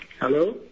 Hello